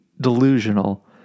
delusional